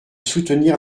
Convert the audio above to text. soutenir